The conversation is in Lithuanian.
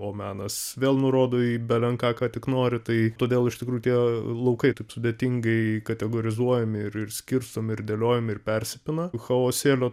o menas vėl nurodo į belenką ką tik nori tai todėl iš tikrųjų tie laukai taip sudėtingai kategorizuojami ir ir skirstomi ir dėliojami ir persipina chaosėlio